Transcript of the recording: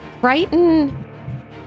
Frighten